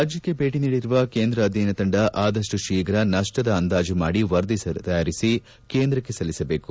ರಾಜ್ಯಕ್ಕೆ ಭೇಟಿ ನೀಡಿರುವ ಕೇಂದ್ರ ಅಧ್ಯಯನ ತಂಡ ಆದಷ್ಟು ಶೀಘ ನಷ್ಟದ ಅಂದಾಜು ಮಾಡಿ ವರದಿ ತಯಾರಿಸಿ ಕೇಂದ್ರಕ್ಷೆ ಸಲ್ಲಿಸಬೇಕು